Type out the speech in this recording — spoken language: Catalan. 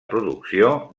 producció